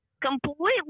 completely